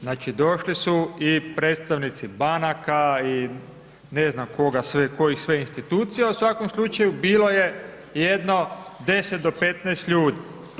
Znači, došli su i predstavnici banaka i ne znam koga sve, kojih sve institucija, u svakom slučaju bilo je jedno 10 do 15 ljudi.